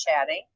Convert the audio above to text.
chatting